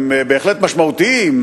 הם בהחלט משמעותיים,